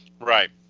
right